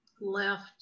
left